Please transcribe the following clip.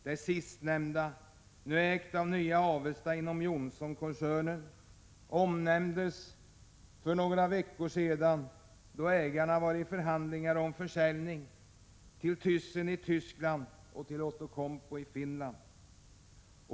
Det sistnämnda, nu ägt av Nya Avesta inom Johnsonkoncernen, omnämndes för några veckor sedan då ägarna var i förhandlingar om försäljning till Thyssen i Tyskland och till Outokumpu i Finland.